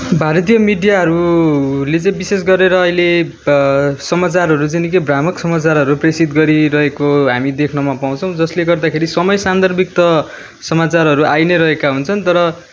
भारतीय मिडियाहरूले चाहिँ विशेष गरेर अहिले समाचारहरू चाहिँ निकै भ्रामक समाचारहरू प्रेसित गरिरहेको हामीले देख्नमा पाउँछौ जसले गर्दाखेरि समय सान्दर्भिक त समाचारहरू त आइ नै रहेका हुन्छन् तर